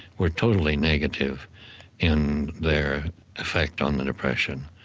were totally negative in their effect on the depression.